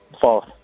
False